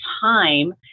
time